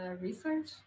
research